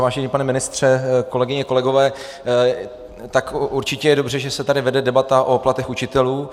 Vážený pane ministře, kolegyně, kolegové, určitě je dobře, že se tady vede debata o platech učitelů.